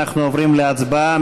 אנחנו עוברים להצבעה.